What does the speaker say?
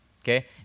Okay